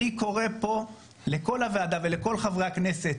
אני קורא פה לכל הוועדה ולכל חברי הכנסת